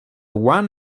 one